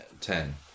ten